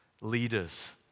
leaders